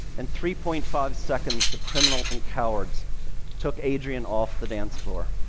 and three point five seconds, the criminals and cowards took adrianne off the dance floor.